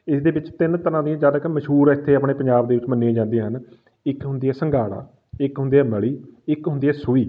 ਇਸਦੇ ਵਿੱਚ ਤਿੰਨ ਤਰ੍ਹਾਂ ਦੀਆਂ ਜਦੋਂ ਕਿ ਮਸ਼ਹੂਰ ਇੱਥੇ ਆਪਣੇ ਪੰਜਾਬ ਦੇ ਵਿੱਚ ਮੰਨੀਆਂ ਜਾਂਦੀਆਂ ਹਨ ਇੱਕ ਹੁੰਦੀ ਹੈ ਸੰਘਾੜਾ ਇੱਕ ਹੁੰਦੀ ਹੈ ਮਲੀ ਇੱਕ ਹੁੰਦੀ ਹੈ ਸੂਈ